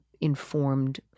informed